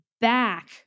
back